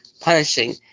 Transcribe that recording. punishing